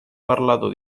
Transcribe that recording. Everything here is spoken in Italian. parlato